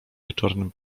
wieczornym